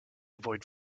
avoid